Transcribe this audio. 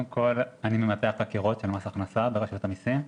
אני ממטה החקירות של מס הכנסה ברשות המיסים.